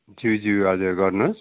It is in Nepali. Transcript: ज्यू ज्यू हजुर गर्नुहोस्